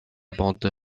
bande